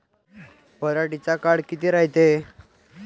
पराटीचा काळ किती रायते?